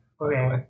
Okay